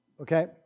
Okay